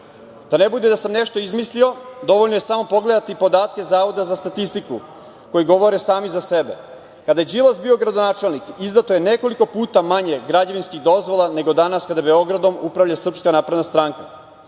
Da ne bude da sam nešto izmislio, dovoljno je samo pogledati podatke Zavoda za statistiku koji govore sami za sebe. Kada je Đilas bio gradonačelnik izdato je nekoliko puta manje građevinskih dozvola nego danas kada Beogradom upravlja SNS.Tako je 2010.